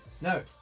No